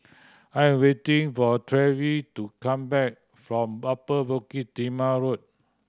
I am waiting for Treva to come back from Upper Bukit Timah Road